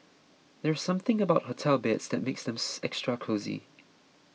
there's something about hotel beds that makes them extra cosy